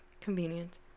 convenience